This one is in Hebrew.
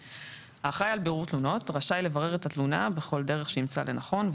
(ה)האחראי על בירור תלונות רשאי לברר את התלונה בכל דרך שימצא לנכון,